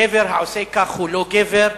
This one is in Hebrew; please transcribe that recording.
גבר העושה כך הוא לא גבר,